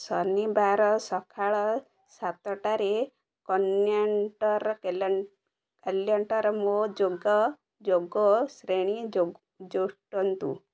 ଶନିବାର ସକାଳ ସାତଟାରେ କ୍ୟାଲେଣ୍ଡର୍ରେ ମୋ ଯୋଗ ଯୋଗ ଶ୍ରେଣୀ ଯୋଟନ୍ତୁ